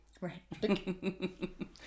Right